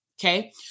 Okay